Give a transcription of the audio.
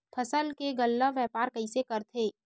फसल के गल्ला व्यापार कइसे करथे?